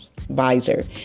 visor